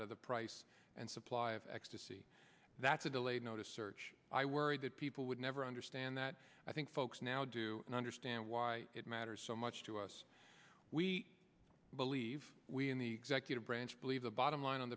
out of the price and supply of ecstasy that's a delayed notice search i worried that people would never understand that i think folks now do understand why it matters so much to us we believe we in the executive branch believe the bottom line on